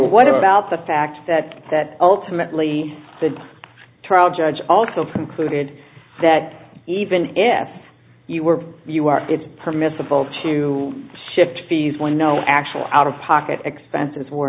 hearing what about the fact that that ultimately the trial judge also concluded that even if you were it's permissible to shift fees when no actual out of pocket expenses were